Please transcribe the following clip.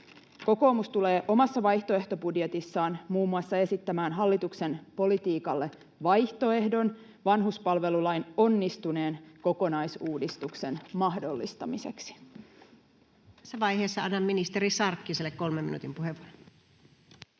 Kokoomus tulee omassa vaihtoehtobudjetissaan esittämään muun muassa vaihtoehdon hallituksen politiikalle vanhuspalvelulain onnistuneen kokonaisuudistuksen mahdollistamiseksi. Tässä vaiheessa annan ministeri Sarkkiselle 3 minuutin puheenvuoron.